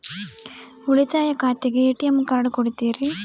ಉಳಿತಾಯ ಖಾತೆಗೆ ATM card ಕೊಡ್ತೇರಿ?